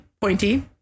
pointy